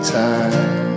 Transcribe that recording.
time